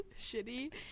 shitty